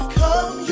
come